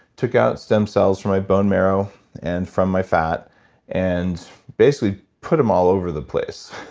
took out stem cells from my bone marrow and from my fat and basically put them all over the place.